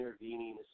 intervening